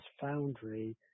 foundry